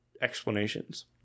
explanations